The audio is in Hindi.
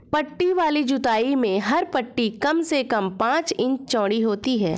पट्टी वाली जुताई में हर पट्टी कम से कम पांच इंच चौड़ी होती है